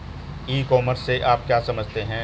ई commerce से आप क्या समझते हैं?